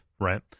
Right